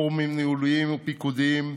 בפורומים ניהוליים ופיקודיים,